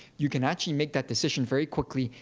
you can actually make that decision very quickly,